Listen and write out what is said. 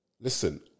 listen